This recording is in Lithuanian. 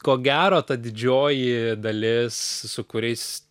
ko gero ta didžioji dalis su kuriais